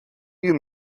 you